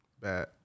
bad